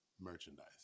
merchandise